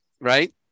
right